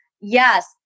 yes